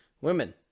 Women